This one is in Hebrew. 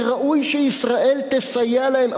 וראוי שישראל תסייע להן,